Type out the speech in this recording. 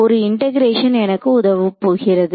ஒரு இண்டெகரேஷன் எனக்கு உதவப் போகிறது